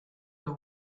los